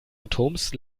atoms